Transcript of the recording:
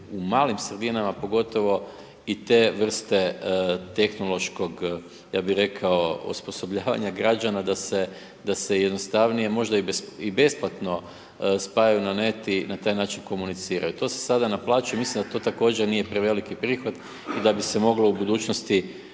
u malim sredinama pogotovo i te vrste tehnološkog, ja bih rekao osposobljavanja građana da se jednostavnije, možda i besplatno spajaju na net i na taj način komuniciraju. To se sada naplaćuje i mislim da to također nije preveliki prihod i da bi se moglo u budućnosti